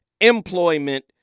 employment